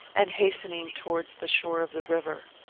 and hastening towards the shore of the river.